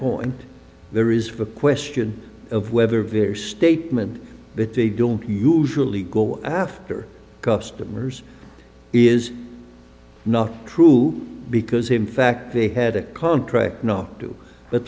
point there is a question of whether viewers statement that they don't usually go after customers is not true because in fact they had a contract not to but